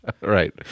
Right